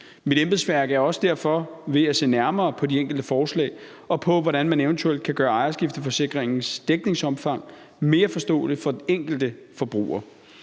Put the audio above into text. Mit embedsværk er derfor også ved at se nærmere på de enkelte forslag og på, hvordan man eventuelt kan gøre ejerskifteforsikringens dækningsomfang mere forståeligt for den enkelte forbruger.